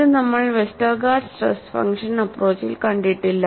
ഇത് നമ്മൾ Westergaard stress function അപ്പ്രോച്ചിൽ കണ്ടിട്ടില്ല